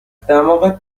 دماغت